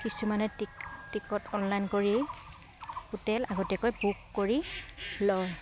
কিছুমানে টিক ticket online কৰি হোটেল আগতীয়াকৈ বুক কৰি লয়